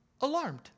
alarmed